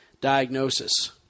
Diagnosis